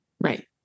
Right